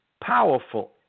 powerful